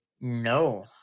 no